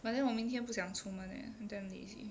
but then 我明天不想出门 leh damn lazy